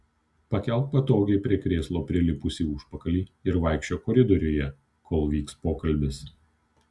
pakelk patogiai prie krėslo prilipusį užpakalį ir vaikščiok koridoriuje kol vyks pokalbis